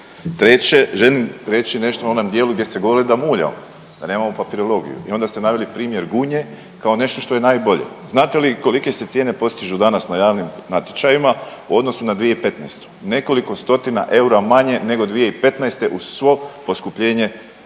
Treće želim reći nešto o onom dijelu gdje ste govorili da muljamo, da nemamo papirologiju i onda ste naveli primjer Gunje kao nešto što je najbolje. Znate li kolike se cijene postižu danas na javnim natječajima u odnosu na 2015., nekoliko stotina manje nego 2015. uz svo poskupljenje